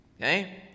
Okay